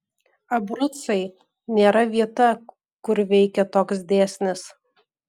abrucai nėra vieta kur veikia toks dėsnis